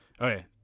Okay